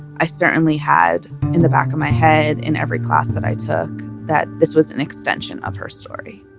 i certainly had in the back of my head, in every class that i took that this was an extension of her story